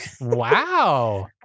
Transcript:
Wow